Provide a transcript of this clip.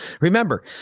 Remember